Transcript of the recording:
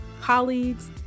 colleagues